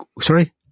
Sorry